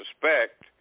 suspect